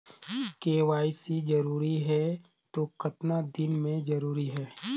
KYC जरूरी हे तो कतना दिन मे जरूरी है?